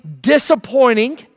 disappointing